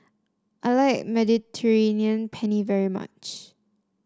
I like Mediterranean Penne very much